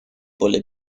поле